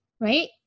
right